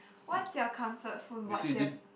what's your comfort food